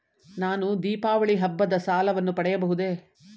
ನಾನು ದೀಪಾವಳಿ ಹಬ್ಬದ ಸಾಲವನ್ನು ಪಡೆಯಬಹುದೇ?